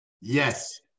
yes